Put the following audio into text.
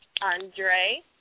Andre